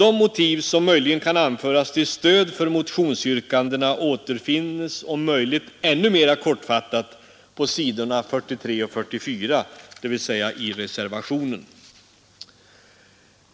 De som s med de här frågorna i det praktiska livet talar inte om å ena sidan offentlig sektor och å andra sidan näringsliv. De hör samman, herr Kristiansson.